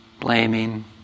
Blaming